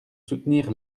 soutenir